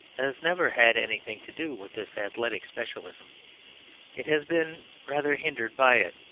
has never had anything to do with this athletic specialism it has been rather hindered by it.